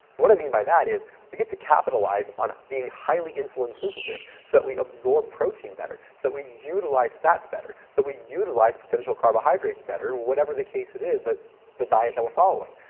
what i mean by that is we get to capitalize on being highly insulin sensitive. so that we absorb protein better. so that we utilize fats better. so that we utilize potential carbohydrates better and whatever the case it is that the diet that we're following.